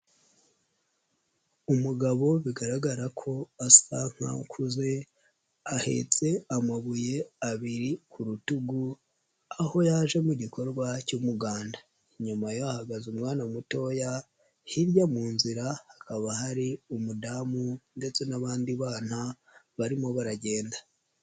Umugabo bigaragara ko asa nk'ukuze ahetse amabuye abiri ku rutugu aho yaje mu gikorwa cy'umuganda, inyuma ye hahagaze umwana mutoya, hirya mu nzira hakaba hari umudamu ndetse n'abandi bana barimo baragenda.